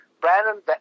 Brandon